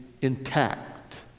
intact